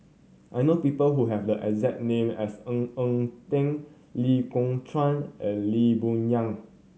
I know people who have the exact name as Ng Eng Teng Lee Kong Chian and Lee Boon Yang